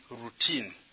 routine